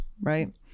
right